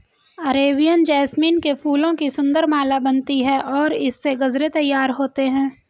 Arabian jasmine के फूलों की सुंदर माला बनती है और इससे गजरे तैयार होते हैं